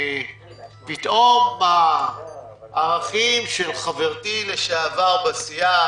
פתאום הערכים של חברתי לשעבר בסיעה,